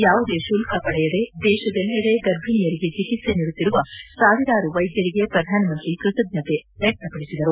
ಯಾವುದೇ ಶುಲ್ಕ ಪಡೆಯದೇ ದೇಶದೆಲ್ಲಡೆ ಗರ್ಭಿಣಿಯರಿಗೆ ಚಿಕಿತ್ಸೆ ನೀಡುತ್ತಿರುವ ಸಾವಿರಾರು ವೈದ್ಯರಿಗೆ ಪ್ರಧಾನಮಂತ್ರಿ ಕೃತಜ್ಞತೆ ವ್ಯಕ್ತಪಡಿಸಿದರು